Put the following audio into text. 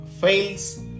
fails